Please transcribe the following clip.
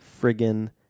friggin